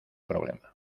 problema